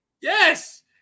Yes